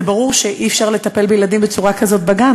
זה ברור שאי-אפשר לטפל בילדים בצורה כזאת בגן.